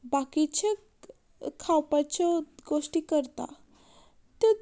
बाकिचेत खावपाच्योत गोश्टी करता त्यो